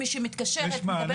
מי שמתקשר ומדבר